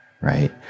right